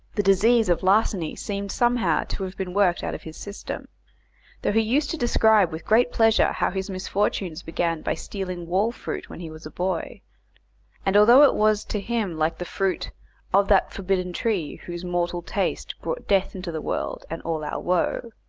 the disease of larceny seemed somehow to have been worked out of his system though he used to describe with great pleasure how his misfortunes began by stealing wall-fruit when he was a boy and although it was to him like the fruit of that forbidden tree, whose mortal taste brought death into the world, and all our woe.